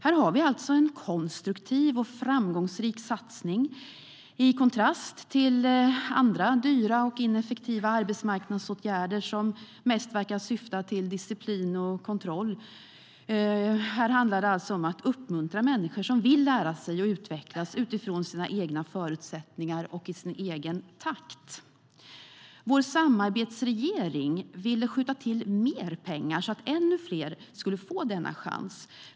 Här har vi alltså en konstruktiv och framgångsrik satsning, i kontrast till andra dyra och ineffektiva arbetsmarknadsåtgärder som mest verkar syfta till disciplin och kontroll. Här handlar det om att uppmuntra människor som vill lära sig och utvecklas, utifrån sina egna förutsättningar och i sin egen takt. Vår samarbetsregering ville skjuta till mer pengar så att ännu fler skulle få denna chans.